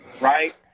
Right